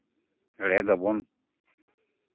ᱦᱮᱲᱦᱮᱫ ᱟᱵᱚᱱ